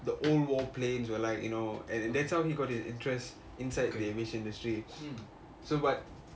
the old war planes were like you know and and that's how he got his interest inside the aviation industry so what